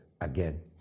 again